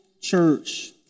church